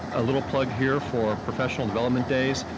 a little plug here for professional development days.